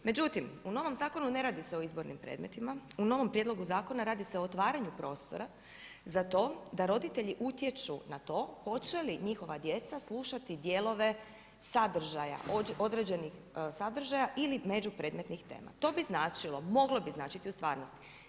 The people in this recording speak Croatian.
Međutim, u novom zakonu ne radi se o izbornim predmetima, u novom prijedlogu zakona radi se o otvaranju prostora za to da roditelji utječu na to hoće li njihova djeca slušati dijelove određenih sadržaja ili međupredmetnih tema, to bi značilo, moglo bi značiti u stvarnosti.